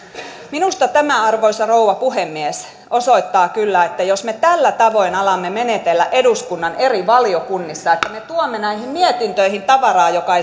minusta tämä arvoisa rouva puhemies osoittaa kyllä että jos me tällä tavoin alamme menetellä eduskunnan eri valiokunnissa että me tuomme näihin mietintöihin tavaraa joka